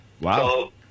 Wow